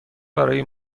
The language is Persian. برای